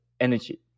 energy